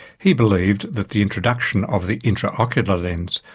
he believed that the introduction of the intraocular lens,